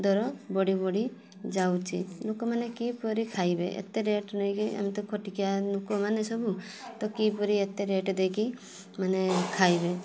ଦର ବଢ଼ି ବଢ଼ି ଯାଉଛି ଲୋକମାନେ କିପରି ଖାଇବେ ଏତେ ରେଟ୍ ନେଇକି ଆମେ ତ ଖଟିଖିଆ ନୋକମାନେ ସବୁ ତ କିପରି ଏତେ ରେଟ୍ ଦେଇକି ମାନେ ଖାଇବେ